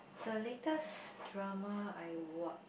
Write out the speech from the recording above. the latest drama I watch